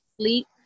sleep